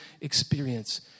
experience